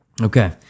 Okay